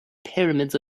pyramids